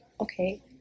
okay